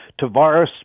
Tavares